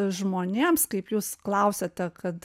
žmonėms kaip jūs klausiate kad